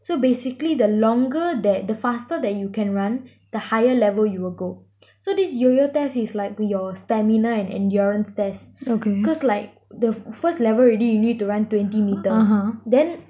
so bascially the longer that the faster that you can run the higher level you will go so this Yo-Yo test is like your stamina and endurance test cause like the first level already you need to run twenty metre then